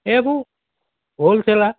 এইবোৰ হ'লচেলাৰ